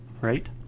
right